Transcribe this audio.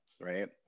right